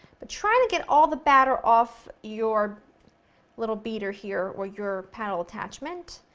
but try to get all the batter off your little beater here, or your paddle attachment.